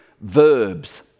verbs